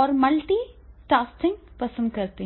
और मल्टीटास्किंग पसंद करते हैं